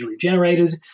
generated